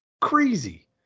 crazy